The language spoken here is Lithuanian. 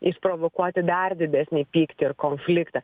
išprovokuoti dar didesnį pyktį ir konfliktą